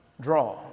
draw